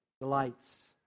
delights